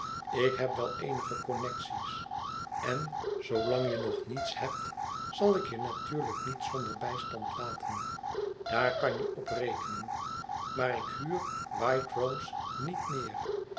ik heb wel eenige connecties en zoolang je nog niets hebt zal ik je natuurlijk niet zonder bijstand laten daar kan je op rekenen maar ik huur white rose niet meer